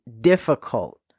difficult